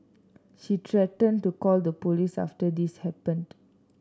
she threatened to call the police after this happened